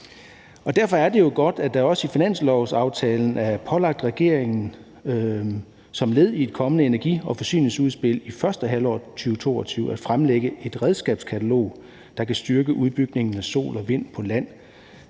Derfor er det jo godt, at det også i finanslovsaftalen er pålagt regeringen som led i et kommende energi- og forsyningsudspil i første halvår af 2022 at fremlægge et redskabskatalog, der kan styrke udbygningen af sol- og